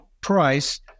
price